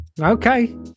okay